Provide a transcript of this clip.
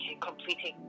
completing